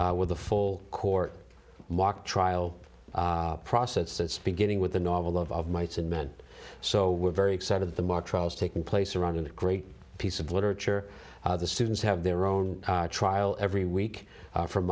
with a full court mock trial process that's beginning with the novel of of mice and men so we're very excited the more trials taking place around in a great piece of literature the students have their own trial every week from